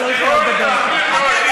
אני לא יכולה לדבר ככה.